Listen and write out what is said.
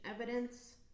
evidence